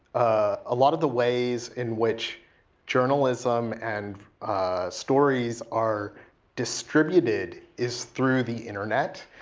a lot of the ways in which journalism and stories are distributed is through the internet.